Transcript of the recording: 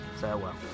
farewell